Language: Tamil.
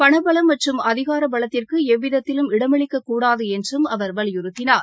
பணபலம் மற்றும் அதிகார பலத்திற்கு எவ்விதத்திலும் இடமளிக்கக்கூடாது என்றும் அவர் வலியுறுத்தினார்